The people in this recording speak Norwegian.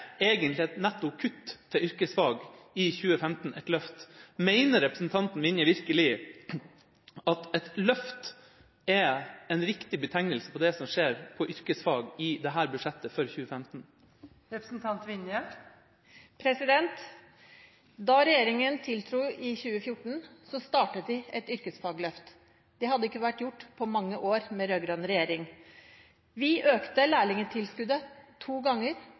egentlig et netto kutt til yrkesfag i 2015 et løft? Mener representanten Vinje virkelig at et løft er en riktig betegnelse på det som skjer på yrkesfagområdet i budsjettet for 2015? Da regjeringen tiltrådte i 2013, startet vi et yrkesfagløft. Det hadde ikke vært gjort på mange år med rød-grønn regjering. Vi økte lærlingtilskuddet to ganger